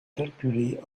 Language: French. calculé